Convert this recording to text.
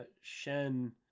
Shen